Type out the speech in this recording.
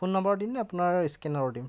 phone number দিমনে আপোনাৰ স্কেনাৰত দিম